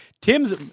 tim's